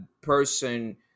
person